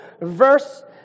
verse